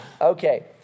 Okay